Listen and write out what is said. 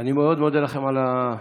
אני מאוד מודה לכם על המחמאה.